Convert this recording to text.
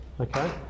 okay